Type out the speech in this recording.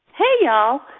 hey, y'all.